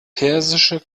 persische